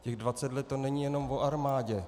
Těch 20 let, to není jenom o armádě.